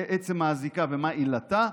עצם האזיקה ומה עילתה,